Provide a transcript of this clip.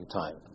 time